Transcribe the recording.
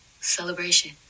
celebration